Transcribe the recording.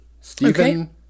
Stephen